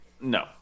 No